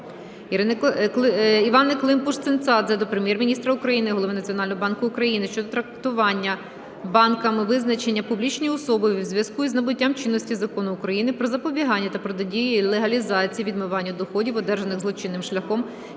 Іванни Климпуш-Цинцадзе до Прем'єр-міністра України, Голови Національного банку України щодо трактування банками визначення "публічні особи" у зв'язку із набуттям чинності Закону України "Про запобігання та протидії легалізації (відмиванню) доходів, одержаних злочинним шляхом,